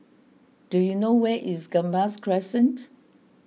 do you know where is Gambas Crescent